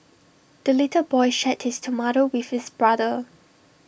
the little boy shared his tomato with his brother